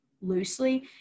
loosely